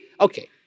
Okay